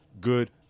good